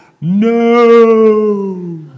No